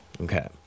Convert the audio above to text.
Okay